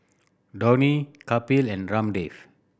Dhoni Kapil and Ramdev